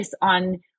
on